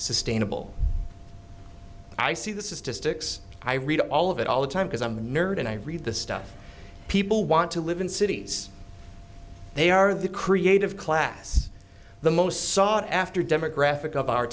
sustainable i see this is just ticks i read all of it all the time because i'm a nerd and i read the stuff people want to live in cities they are the creative class the most sought after demographic of our